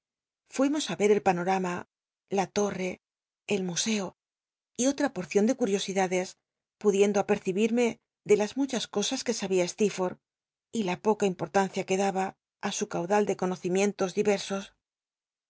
fuimos á ci ll panorama la torre el muoco y otra porcion de curiosidades pudiendo apercibirme ele las mu chas cosas que sabia stccrforth y la poca importancia que daba á su caudal de conocimientos diversos